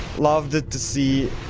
loved it to see.